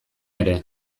ere